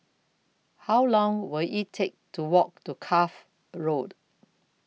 How Long Will IT Take to Walk to Cuff Road